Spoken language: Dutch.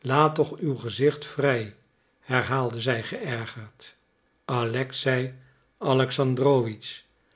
laat toch uw gezicht vrij herhaalde zij geërgerd alexei alexandrowitsch